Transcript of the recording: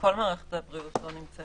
כל מערכת הבריאות לא נמצאת.